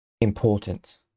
important